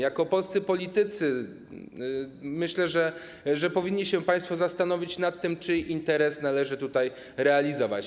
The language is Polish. Jako polscy politycy, myślę, powinni się państwo zastanowić nad tym, czyj interes należy tutaj realizować.